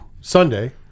Sunday